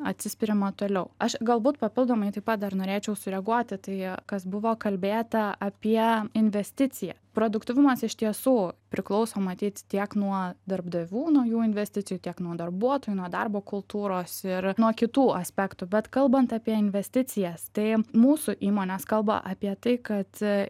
atsispiriama toliau aš galbūt papildomai taip pat dar norėčiau sureaguoti tai kas buvo kalbėta apie investiciją produktyvumas iš tiesų priklauso matyt tiek nuo darbdavių naujų investicijų tiek nuo darbuotojų nuo darbo kultūros ir nuo kitų aspektų bet kalbant apie investicijas tai mūsų įmonės kalba apie tai kad